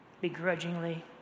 begrudgingly